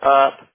up